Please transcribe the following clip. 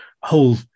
whole